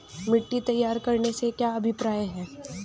मिट्टी तैयार करने से क्या अभिप्राय है?